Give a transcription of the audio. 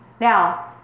now